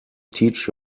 teach